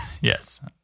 Yes